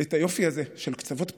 ואת היופי הזה של קצוות פתוחים,